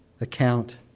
account